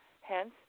hence